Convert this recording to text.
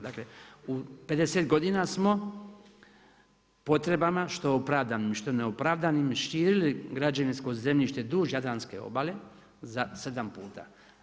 Dakle u 50 godina smo potrebama što opravdanim, što ne opravdanim širili građevinsko zemljište duž Jadranske obale za sedam puta.